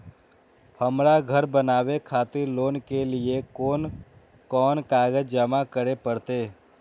हमरा घर बनावे खातिर लोन के लिए कोन कौन कागज जमा करे परते?